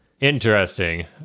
Interesting